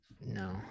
No